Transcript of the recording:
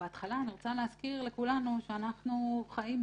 אני חושבת